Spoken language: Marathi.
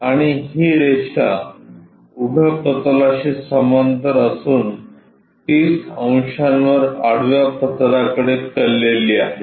आणि ही रेषा उभ्या प्रतलाशी समांतर असून 30 अंशांवर आडव्या प्रतलाकडे कललेली आहे